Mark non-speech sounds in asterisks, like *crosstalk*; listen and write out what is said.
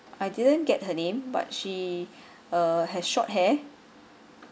I didn't get her name but she *breath* uh has short hair